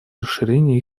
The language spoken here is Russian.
расширение